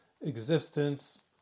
existence